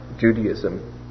Judaism